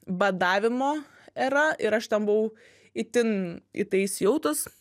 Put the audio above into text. badavimo era ir aš ten buvau itin į tai įsijautus